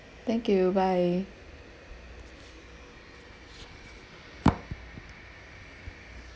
thank you bye